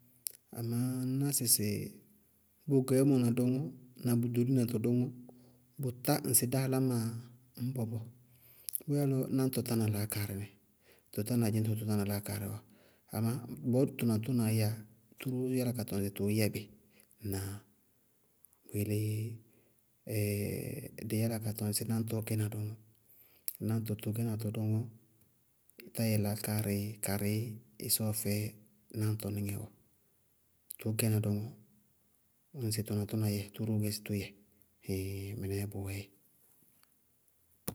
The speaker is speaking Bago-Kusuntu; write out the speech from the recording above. Aaaŋ ŋñná sɩsɩ bʋ gɛɛmɔ na dɔŋɔ, bʋ ɖolinatɔ dɔŋɔ, bʋtá ñŋsɩ dá áláma ñbɔ bɔɔ. Bʋyáa lɔ náñtɔ tána láákaarɩ nɩ, tɔ tána dzɩñtɔɔ tʋ tána láákaarɩ bɔɔ, ama bɔɔ tʋ naŋtʋnaa yɛyá, tʋná róó yála ka tɔŋ sɩ tʋʋ yɛ bɩ. Ŋnáa? Bʋyelé dɩí yála ka tɔŋ sɩ náñtɔɔ gɛna dɔŋɔ, náñtɔ tʋ gɛnatɔ dɔŋɔ táyɛ láákaarɩ karɩí ɩsɔɔ fɛ tɩ bɔɔ. Tʋʋ gɛna dɔŋɔ, ñŋsɩ tʋ naŋtʋna yɛ, tʋ róó gɛ sɩ tʋyɛ heee mɩnɛɛ bʋwɛɛdzɛ.